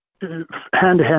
hand-to-hand